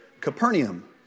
Capernaum